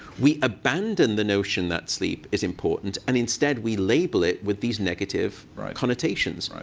we abandon the notion that sleep is important. and instead, we label it with these negative connotations.